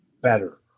better